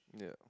yeah